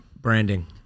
branding